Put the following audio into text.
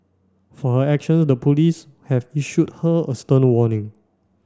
for her actions the police have issued her a stern warning